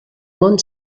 món